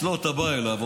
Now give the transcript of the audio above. אתה בא אליו,